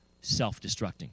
self-destructing